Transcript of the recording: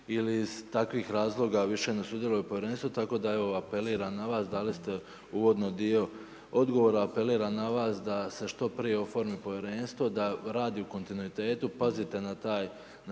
ili iz takvih razloga više ne sudjeluju u Povjerenstvu, tako da evo apeliram na vas. Dali ste uvodni dio odgovora, apeliram na vas da se što prije oformi Povjerenstvo, da radi u kontinuitetu, pazite na te promjene